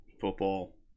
football